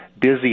busy